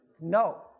No